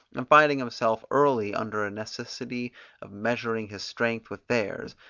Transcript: and finding himself early under a necessity of measuring his strength with theirs,